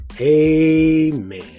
Amen